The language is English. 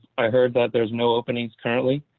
i heard that there's no openings currently,